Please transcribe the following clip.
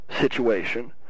Situation